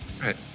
Right